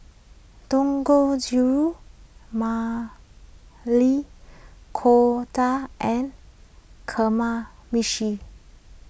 Dangojiru Maili and Kamameshi